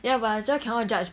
ya but the cher cannot judge